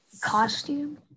costume